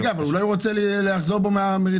רגע, אבל אולי הוא רוצה לחזור בו מהמריצות.